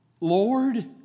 Lord